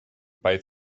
both